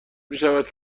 میشود